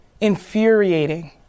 infuriating